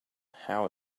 how